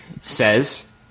says